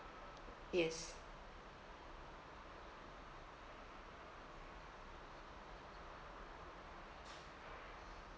yes